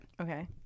Okay